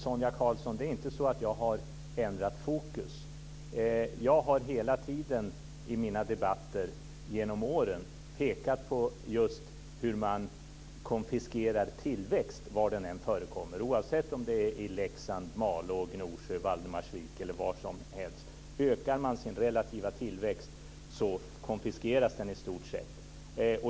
Sonia Karlsson, det är inte så att jag har ändrat fokus. I de debatter som jag under åren deltagit i har jag hela tiden pekat just på hur man konfiskerar tillväxt, var den än förekommer - oavsett om det är i Leksand, Malå, Gnosjö eller Valdemarsvik eller varhelst det kan vara. Ökar man sin relativa tillväxt konfiskeras den i stort sett.